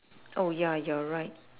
oh ya you are right